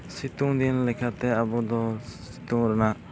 ᱥᱤᱛᱩᱝ ᱫᱤᱱ ᱞᱮᱠᱟᱛᱮ ᱟᱵᱚ ᱫᱚ ᱥᱤᱛᱩᱝ ᱨᱮᱱᱟᱜ